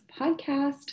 podcast